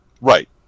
Right